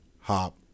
hop